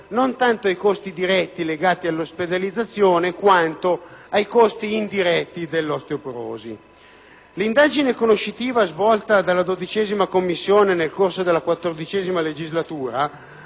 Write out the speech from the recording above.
non tanto ai costi diretti legati all'ospedalizzazione quanto ai costi indiretti dell'osteoporosi. L'indagine conoscitiva svolta dalla 12a Commissione permanente nella XIV legislatura